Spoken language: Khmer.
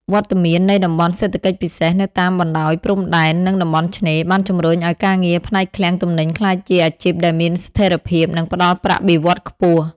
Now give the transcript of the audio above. វត្តមាននៃតំបន់សេដ្ឋកិច្ចពិសេស នៅតាមបណ្ដោយព្រំដែន និងតំបន់ឆ្នេរ បានជំរុញឱ្យការងារផ្នែកឃ្លាំងទំនិញក្លាយជាអាជីពដែលមានស្ថិរភាព និងផ្ដល់ប្រាក់បៀវត្សរ៍ខ្ពស់។